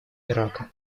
ирака